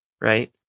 right